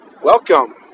Welcome